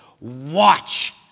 Watch